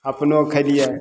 अपनो खयलियै